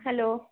hello